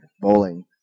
Bowling